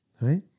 right